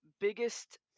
biggest